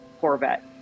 Corvette